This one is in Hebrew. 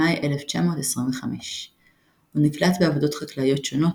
במאי 1925. הוא נקלט בעבודות חקלאיות שונות,